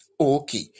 Okay